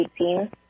18